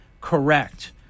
correct